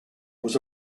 was